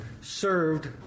served